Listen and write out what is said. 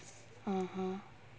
(uh huh)